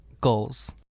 goals